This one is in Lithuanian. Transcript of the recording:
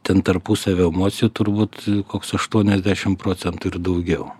ten tarpusavio emocijų turbūt koks aštuoniasdešim procentų ir daugiau